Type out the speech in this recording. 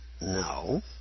No